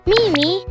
Mimi